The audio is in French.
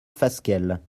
fasquelle